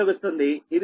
ఇది సూత్రం